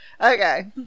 okay